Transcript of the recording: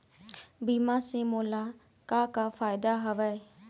बीमा से मोला का का फायदा हवए?